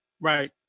right